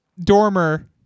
Dormer